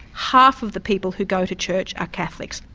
half of the people who go to church are catholics.